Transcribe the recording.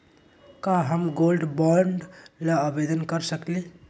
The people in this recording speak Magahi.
का हम गोल्ड बॉन्ड ल आवेदन कर सकली?